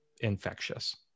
infectious